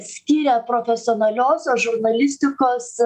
skiria profesionaliosios žurnalistikos